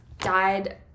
died